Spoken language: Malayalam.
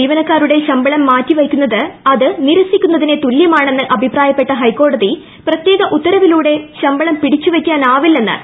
ജീവനക്കാരുടെ ശമ്പളം മാറ്റി വെയ്ക്കുന്നത് അത് നിരസ്സിക്കുന്നതിന് തുല്യമാണെന്ന് അഭിപ്രായപ്പെട്ട ഹൈക്കോടതി പ്രത്യേക ഉത്തരവിലൂടെ ശമ്പളം പിടിച്ചു വെയ്ക്കാനാവില്ലെന്ന് പറഞ്ഞു